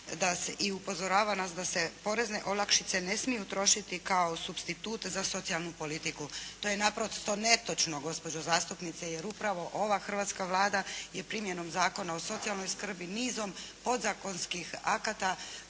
i upozorava nas da se porezne olakšice ne smiju trošiti kao supstitut za socijalnu politiku. To je naprosto netočno gospođo zastupnice, jer upravo ova hrvatska Vlada je primjenom Zakona o socijalnoj skrbi, nizom podzakonskih akata